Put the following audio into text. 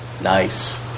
Nice